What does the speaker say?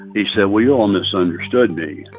he said, well, you all misunderstood me.